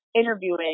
interviewing